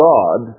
God